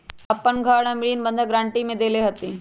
अपन घर हम ऋण बंधक गरान्टी में देले हती